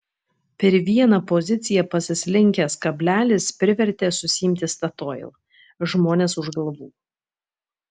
per vieną poziciją pasislinkęs kablelis privertė susiimti statoil žmones už galvų